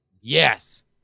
Yes